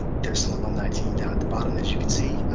there's some alumni team down at the bottom, as you can see,